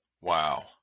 Wow